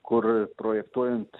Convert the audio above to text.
kur projektuojant